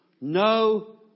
No